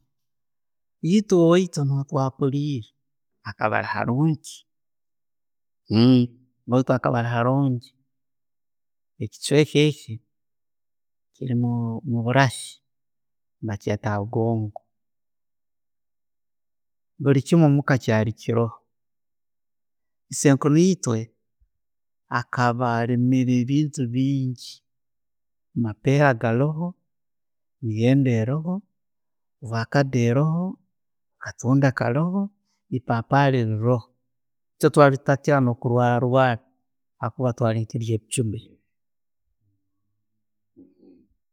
Eitwe owaitu nukwo akuzere, akaba harungi baitu akaba harungi. Ekichweka eki kirimu oburahi bakyeta hagongo, buli kimu muka kyarikiroho. Isenkuru itwe, akaba alimire ebintu bingi, amapeera garoho, emiyembe eroho, ovacado eroho, akatunda karoho, eipapari liroho. Eitwe twari tutakukira no'kurwararwara habwokuba twari neturya ebijuma ebyo.